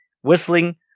Whistling